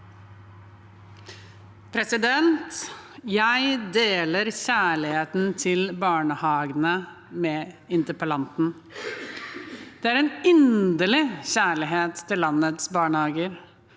Jeg deler kjærlighe- ten til barnehagene med interpellanten. Det er en inderlig kjærlighet til landets barnehager.